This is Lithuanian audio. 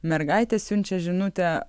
mergaitė siunčia žinutę